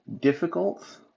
difficult